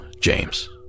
James